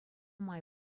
май